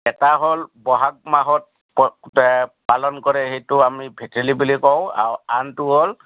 এটা হ'ল বহাগ মাহত পালন কৰে সেইটো আমি ভঠেলি বুলি কওঁ আনটো হ'ল